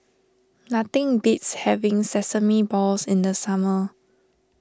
nothing beats having Sesame Balls in the summer